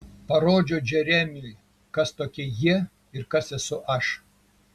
parodžiau džeremiui kas tokie jie ir kas esu aš